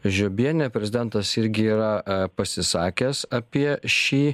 žiobienė prezidentas irgi yra pasisakęs apie šį